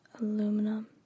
aluminum